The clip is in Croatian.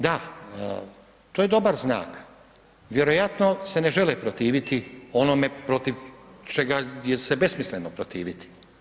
Da, to je dobar znak, vjerojatno se na žele protiviti onome protiv čega se je besmisleno protiviti.